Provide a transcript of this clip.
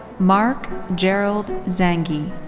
marc gerald zanghi.